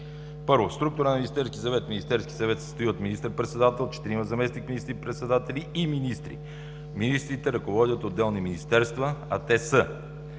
съвет. Министерският съвет се състои от министър-председател, четирима заместник министър-председатели и министри. Министрите ръководят отделни министерства, а те са: